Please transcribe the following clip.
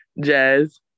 jazz